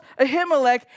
Ahimelech